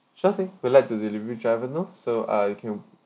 sure thing we'll let the delivery driver know so uh you can